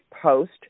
post